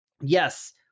yes